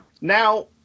Now